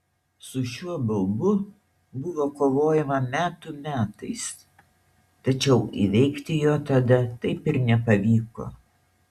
su šiuo baubu buvo kovojama metų metais tačiau įveikti jo tada taip ir nepavyko